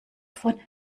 von